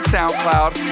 SoundCloud